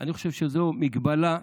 אני חושב שזו הגבלה,